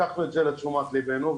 לקחנו לתשומת ליבנו,